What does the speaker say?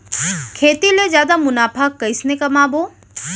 खेती ले जादा मुनाफा कइसने कमाबो?